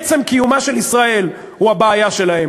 עצם קיומה של ישראל הוא הבעיה שלהם,